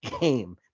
game